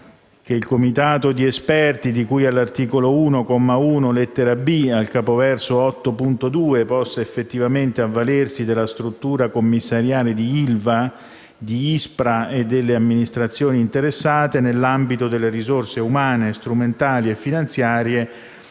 il comitato di esperti di cui all'articolo 1, comma 1, lettera *b)*, al capoverso 8.2 possa effettivamente avvalersi della struttura commissariale di ILVA, di ISPRA e delle amministrazioni interessate nell'ambito delle risorse umane, strumentali e finanziarie